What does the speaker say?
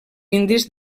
indis